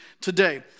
today